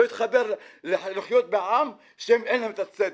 לא אתחבר לחיות בעם שאין להם את הצדק.